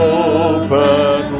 open